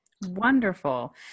wonderful